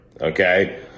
okay